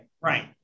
Right